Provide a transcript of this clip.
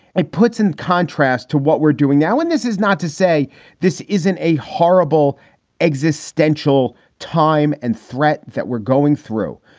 it puts in contrast to what we're doing now. and this is not to say this isn't a horrible existential time and threat that we're going through,